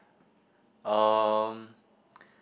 um